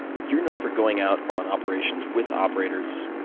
you're known for going out on operations with operators,